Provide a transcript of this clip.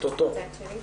זה לא יכול להמשיך ולכן,